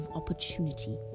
opportunity